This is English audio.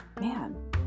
man